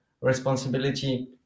responsibility